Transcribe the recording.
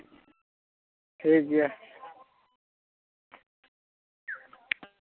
ᱴᱷᱤᱠᱜᱮᱭᱟ